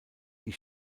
die